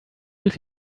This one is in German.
ich